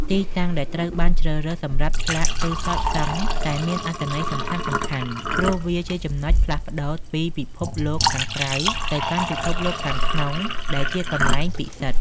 ទីតាំងដែលត្រូវបានជ្រើសរើសសម្រាប់ឆ្លាក់គឺសុទ្ធសឹងតែមានអត្ថន័យសំខាន់ ព្រោះវាជាចំណុចផ្លាស់ប្តូរពីពិភពលោកខាងក្រៅទៅកាន់ពិភពលោកខាងក្នុងដែលជាកន្លែងពិសិដ្ឋ។